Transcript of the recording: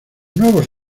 nuevos